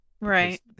Right